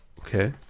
Okay